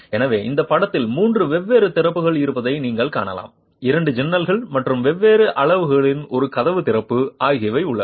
எனவே இந்த படத்தில் மூன்று வெவ்வேறு திறப்புகள் இருப்பதை நீங்கள் காணலாம் இரண்டு ஜன்னல்கள் மற்றும் வெவ்வேறு அளவுகளில் ஒரு கதவு திறப்பு ஆகியவை உள்ளன